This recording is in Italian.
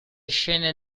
scene